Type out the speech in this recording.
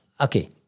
Okay